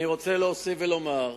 אני רוצה להוסיף ולומר: